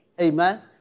Amen